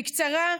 בקצרה,